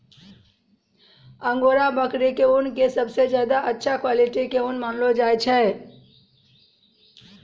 angora बकरी के ऊन कॅ सबसॅ ज्यादा अच्छा क्वालिटी के ऊन मानलो जाय छै